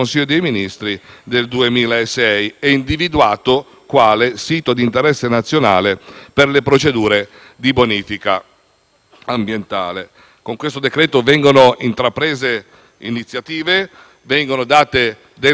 quale sito di interesse nazionale per le procedure di bonifica ambientale. Con il provvedimento in esame vengono intraprese iniziative, vengono date delle disposizioni importanti per proseguire